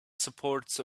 supports